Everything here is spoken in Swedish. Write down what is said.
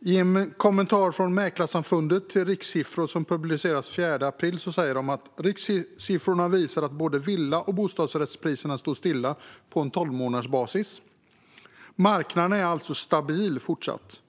I en kommentar från Mäklarsamfundet till rikssiffror som publicerades den 4 april säger de att rikssiffrorna visar att både villa och bostadsrättspriserna stod stilla på tolvmånadersbasis. Marknaden är alltså fortsatt stabil.